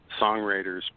songwriters